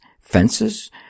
fences